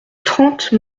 trente